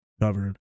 covered